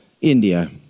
India